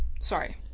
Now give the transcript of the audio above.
Sorry